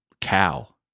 cow